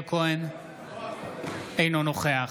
אינו נוכח